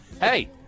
Hey